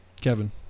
Kevin